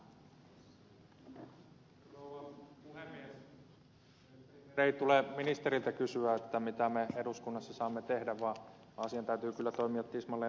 mielestäni meidän ei tule ministeriltä kysyä mitä me eduskunnassa saamme tehdä vaan silloin täytyy kyllä toimia tismalleen päinvastoin